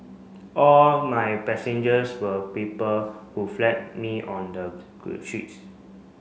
all my passengers were people who flagged me on the streets